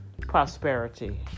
prosperity